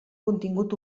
contingut